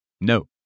No